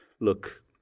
look